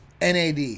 NAD